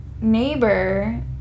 neighbor